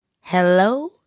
hello